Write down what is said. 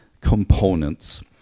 components